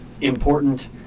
important